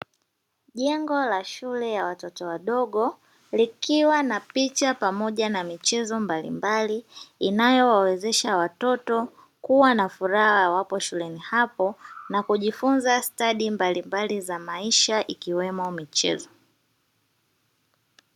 Jengo la shule ya watoto wadogo likiwa na picha pamoja na michezo mbalimbali, inayowawezesha watoto kuwa na furaha wawapo shuleni hapo. Na kujifunza stadi mbalimbali za maisha ikiwemo michezo.